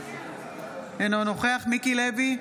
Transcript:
אינו נוכח מיקי לוי,